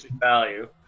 value